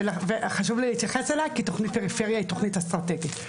חשוב לי להתייחס אליה כי תכנית פריפריה היא תכנית אסטרטגית.